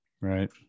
right